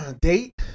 date